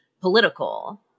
political